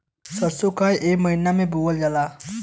सरसो काहे एही समय बोवल जाला?